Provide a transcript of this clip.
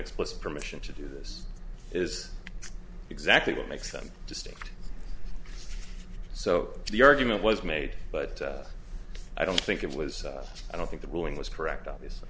explicit permission to do this is exactly what makes them distinct so the argument was made but i don't think it was i don't think the ruling was correct obviously